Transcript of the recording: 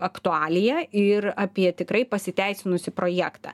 aktualiją ir apie tikrai pasiteisinusį projektą